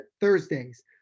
Thursdays